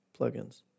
plugins